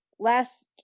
last